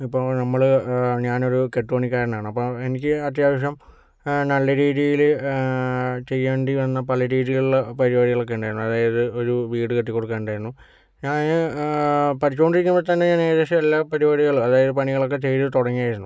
ഇപ്പോൾ നമ്മൾ ഞാൻ ഒരു കെട്ടുപണിക്കാരനാണ് അപ്പോൾ എനിക്ക് അത്യാവശ്യം നല്ല രീതിയിൽ ചെയ്യേണ്ടി വന്ന പല രീതികളിൽ പരിപാടികളൊക്കെ ഉണ്ടായിരുന്നു അതായത് ഒരു വീട് കെട്ടിക്കൊടുക്കാൻ ഉണ്ടായിരുന്നു ഞാൻ പഠിച്ചുകൊണ്ടിരിക്കുമ്പോൾ തന്നെ ഏകദേശം എല്ലാ പരിപാടികളും അതായത് പണികളൊക്കെ ചെയ്ത് തുടങ്ങിയിരുന്നു